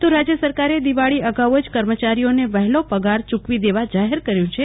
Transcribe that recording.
તો રાજય સરકારે દિવાળી અગાઉ જ કર્મચારીઓને વહેલો પગાર યુકવી દેવા જાહેર કર્યુ છે